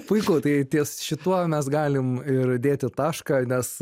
puiku tai ties šituo mes galim ir dėti tašką nes